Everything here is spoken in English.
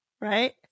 right